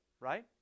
right